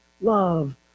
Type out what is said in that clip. love